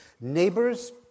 neighbors